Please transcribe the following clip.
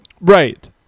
right